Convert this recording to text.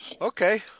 Okay